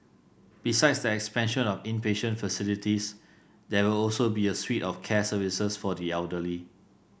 besides the expansion of inpatient facilities there will also be a suite of care services for the elderly